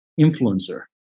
influencer